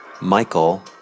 Michael